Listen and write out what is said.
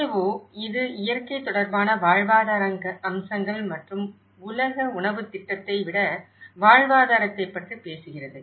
FAO இது இயற்கை தொடர்பான வாழ்வாதார அம்சங்கள் மற்றும் உலக உணவு திட்டத்தை விட வாழ்வாதாரத்தைப் பற்றி பேசுகிறது